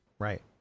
Right